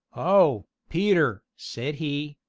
oh, peter! said he,